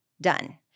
done